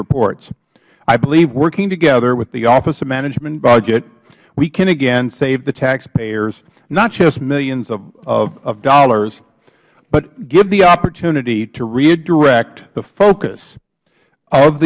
reports i believe working together with the office of management and budget we can again save the taxpayers not just millions of dollars but give the opportunity to redirect the focus of